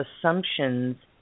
assumptions